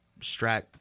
strat